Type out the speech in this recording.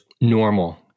normal